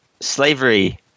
slavery